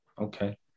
Okay